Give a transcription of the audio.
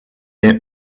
est